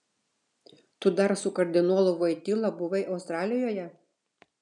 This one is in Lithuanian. tu dar su kardinolu voityla buvai australijoje